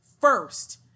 first